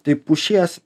tai pušies